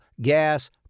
gas